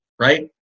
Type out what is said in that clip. right